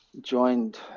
joined